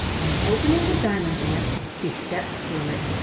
and opening the diamond door he stepped through it.